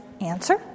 answer